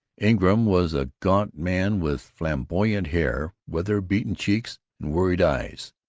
ingram was a gaunt man with flamboyant hair, weather-beaten cheeks, and worried eyes.